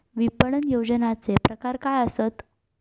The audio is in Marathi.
विपणन नियोजनाचे प्रकार काय आसत?